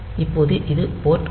இப்போது இது போர்ட் 1